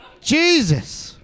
Jesus